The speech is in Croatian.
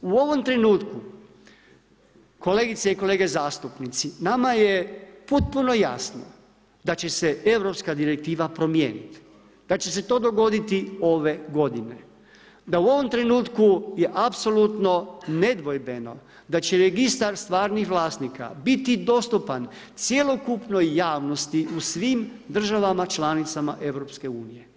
U ovom trenutku, kolegice i kolege zastupnici, nama je potpuno jasno da će se Europska direktiva promijeniti, da će se to dogoditi ove godine, da u ovom trenutku je apsolutno nedvojbeno da će registar stvarnih vlasnika biti dostupan cjelokupnoj javnosti u svim državama članicama EU.